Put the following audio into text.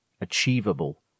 achievable